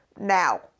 now